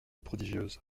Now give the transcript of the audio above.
prodigieuse